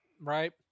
right